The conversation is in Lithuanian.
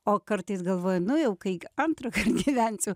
o kartais galvoju nu jau kai antrą gyvensiu